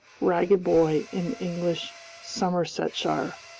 ragged boy in english somersetshire,